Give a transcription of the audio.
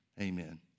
Amen